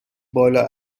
بالا